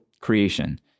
creation